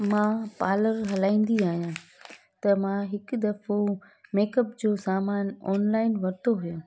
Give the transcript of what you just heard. मां पार्लर हलाईंदी आहियां त मां हिक दफ़ो मेकअप जो सामान ऑनलाइन वरितो हुयो